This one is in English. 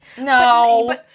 No